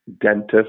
dentist